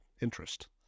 interest